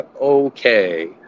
okay